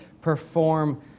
perform